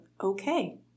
Okay